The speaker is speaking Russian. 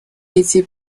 эти